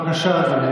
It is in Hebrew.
בבקשה, אדוני.